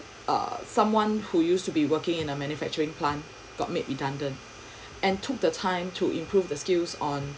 err someone who used to be working in a manufacturing plant got made redundant and took the time to improve the skills on